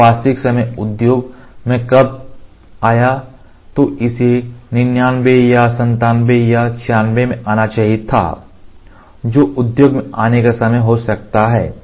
यह वास्तविक समय उद्योग में कब आया तो इसे 99 या 97 या 96 में आना चाहिए था जो उद्योग में आने का समय हो सकता है